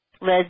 led